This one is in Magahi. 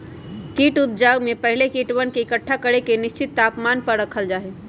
कीट उपजाऊ में पहले कीटवन के एकट्ठा करके निश्चित तापमान पर रखल जा हई